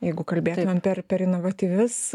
jeigu kalbėtumėm per per inovatyvius